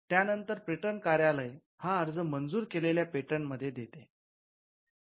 त्यानंतर पेटंट कार्यालय हा अर्ज मंजूर केलेल्या पेटंटमध्ये देते